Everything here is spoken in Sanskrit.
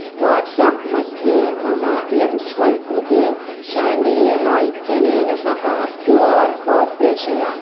वाट्साप् मध्ये मम एम् स्वैप् कृते शाण्डिल्यः इत्यनेन सह क्यू आर् कोड् प्रेषय